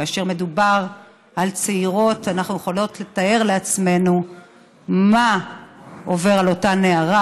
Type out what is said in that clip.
כאשר מדובר בצעירות אנחנו יכולות לתאר לעצמנו מה עובר על אותה נערה,